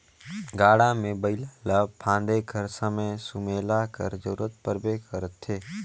गाड़ा मे बइला ल फादे कर समे सुमेला कर जरूरत परबे करथे